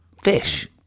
Fish